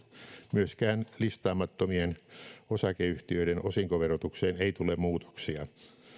myöskään listaamattomien osakeyhtiöiden osinkoverotukseen ei tule muutoksia